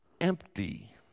empty